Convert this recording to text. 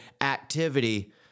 activity